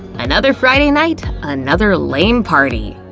another friday night, another lame party.